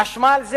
חשמל?